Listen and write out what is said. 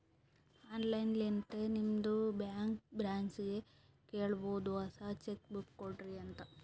online ಲಿಂತೆ ನಿಮ್ದು bank ಬ್ರ್ಯಾಂಚ್ಗ ಕೇಳಬೋದು ಹೊಸಾ ಚೆಕ್ ಬುಕ್ ಕೊಡ್ರಿ ಅಂತ್